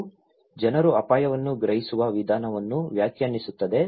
ಅದು ಜನರು ಅಪಾಯವನ್ನು ಗ್ರಹಿಸುವ ವಿಧಾನವನ್ನು ವ್ಯಾಖ್ಯಾನಿಸುತ್ತದೆ